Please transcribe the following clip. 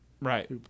right